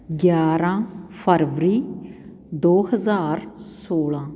ਗਿਆਰ੍ਹਾਂ ਫਰਵਰੀ ਦੋ ਹਜ਼ਾਰ ਸੌਲ੍ਹਾਂ